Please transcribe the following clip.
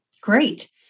Great